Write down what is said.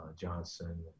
Johnson